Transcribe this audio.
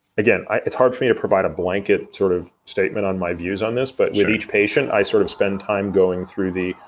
again, i, it's hard for me to provide a blanket sort of statement on my views on this sure but with each patient, i sort of spend time going through the,